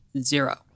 Zero